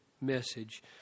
message